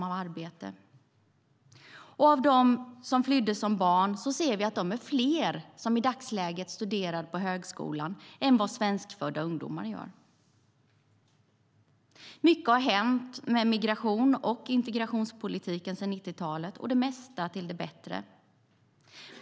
Vi ser att andelen som i dag studerar på högskolan är större bland dem som flydde hit som barn än den är bland svenskfödda ungdomar. Mycket har hänt med migrations och integrationspolitiken sedan 90-talet, det mesta till det bättre.